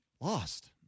lost